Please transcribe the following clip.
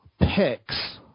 picks